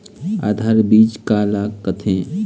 आधार बीज का ला कथें?